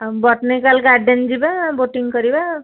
ଆଉ botanical garden ଯିବା boating କରିବା